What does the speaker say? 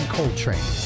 Coltrane